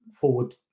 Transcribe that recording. forward